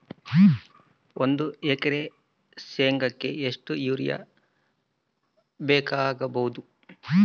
ಒಂದು ಎಕರೆ ಶೆಂಗಕ್ಕೆ ಎಷ್ಟು ಯೂರಿಯಾ ಬೇಕಾಗಬಹುದು?